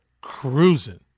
cruising